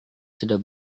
sudah